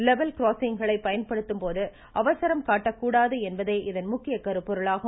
level கிராஸிங்குகளை பயன்படுத்தும் போது அவசரம் காட்டக் கூடாது என்பதே இதன் முக்கிய கருப்பொருளாகும்